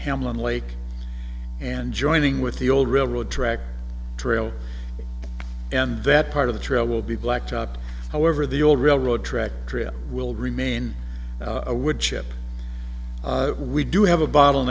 hamlin lake and joining with the old railroad track trail and that part of the trail will be blacktop however the old railroad track trip will remain a woodchip we do have a bottle